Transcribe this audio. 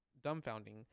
dumbfounding